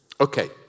Okay